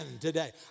today